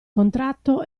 contratto